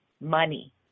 money